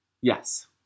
Yes